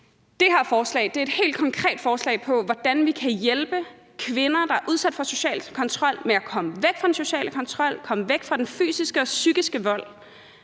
Det her forslag er et helt konkret forslag til, hvordan vi kan hjælpe kvinder, der er udsat for social kontrol, med at komme væk fra den sociale kontrol og komme væk fra den fysiske og psykiske vold,